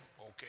okay